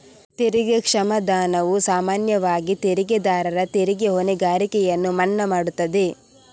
ತೆರಿಗೆ ಕ್ಷಮಾದಾನವು ಸಾಮಾನ್ಯವಾಗಿ ತೆರಿಗೆದಾರರ ತೆರಿಗೆ ಹೊಣೆಗಾರಿಕೆಯನ್ನು ಮನ್ನಾ ಮಾಡುತ್ತದೆ